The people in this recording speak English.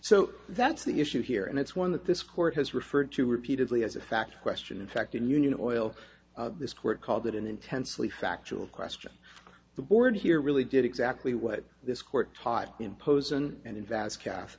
so that's the issue here and it's one that this court has referred to repeatedly as a fact question in fact in union oil this court called it an intensely factual question the board here really did exactly what this court taught in posen and in vast